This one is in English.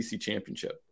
championship